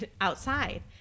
outside